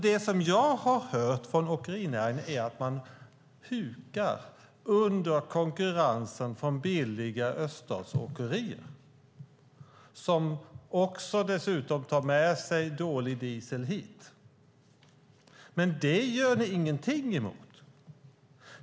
Det som jag har hört från åkerinäringen är att man hukar under konkurrensen från billiga öststatsåkerier, som dessutom tar med sig dålig diesel hit. Men det gör ni ingenting åt.